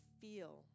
feel